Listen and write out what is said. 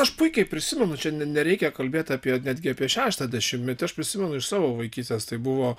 aš puikiai prisimenu čia ne nereikia kalbėt apie netgi apie šeštą dešimtmetį aš prisimenu iš savo vaikystės tai buvo